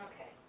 Okay